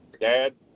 Dad